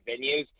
venues